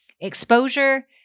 exposure